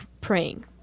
praying